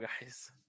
guys